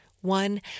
One